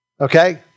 okay